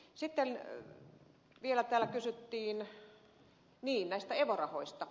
sitten vielä täällä kysyttiin näistä evo rahoista